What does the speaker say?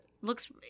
looks